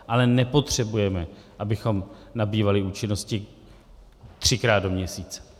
Ale nepotřebujeme, abychom nabývali účinnosti třikrát do měsíce.